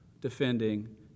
defending